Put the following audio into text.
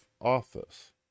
office